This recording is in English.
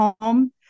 home